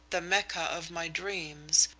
the mecca of my dreams,